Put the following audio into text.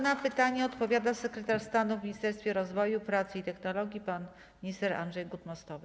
Na pytanie odpowiada sekretarz stanu w Ministerstwie Rozwoju, Pracy i Technologii pan minister Andrzej Gut-Mostowy.